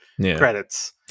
Credits